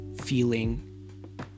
feeling